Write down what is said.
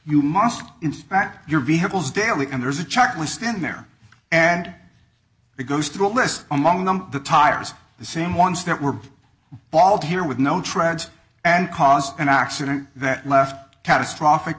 you must inspect your vehicles daily and there's a checklist in there and it goes through a list among them the tires the same ones that were hauled here with no treads and caused an accident that left catastrophic